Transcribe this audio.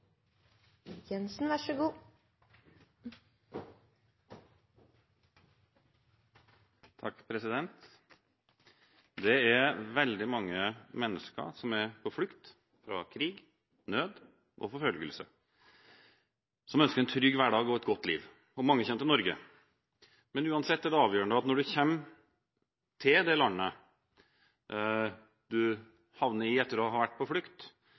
på flukt fra krig, nød og forfølgelse, som ønsker en trygg hverdag og et godt liv – og mange kommer til Norge. Men uansett er det avgjørende når man kommer til det landet man havner i etter å ha vært på flukt,